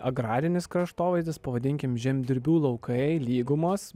agrarinis kraštovaizdis pavadinkim žemdirbių laukai lygumos